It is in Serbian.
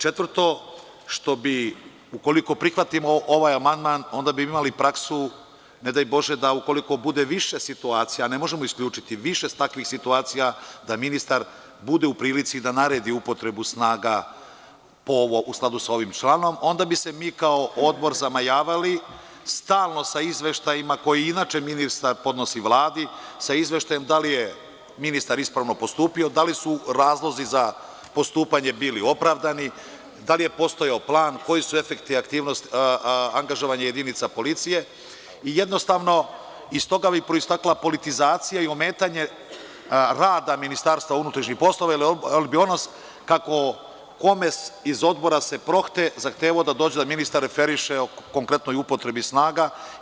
Četvrto, što bi ukoliko prihvatimo ovaj amandman, onda bi imali praksu, ne daj Bože, da ukoliko bude više situacija, a ne možemo isključiti, više takvih situacija da ministar bude u prilici da naredi upotrebu snaga, u skladu sa ovim članom, onda bi se mi kao Odbor zamajavali stalno sa izveštajima, koje inače ministar podnosi Vladi, sa izveštajem da li je ministar ispravno postupio, da li su razlozi za postupanje bili opravdani, da li je postojao plan, koji su efekti angažovanja jedinica policije, i jednostavno, iz toga bi proistekla politizacija i ometanje rada MUP, jer bi ono kako kome iz Odbora se prohte, zahtevao da ministar dođe i referiše o konkretnoj upotrebi snaga.